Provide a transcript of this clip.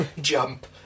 Jump